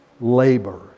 labor